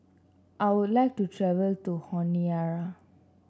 I would like to travel to Honiara